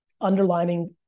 underlining